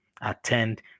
Attend